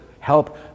help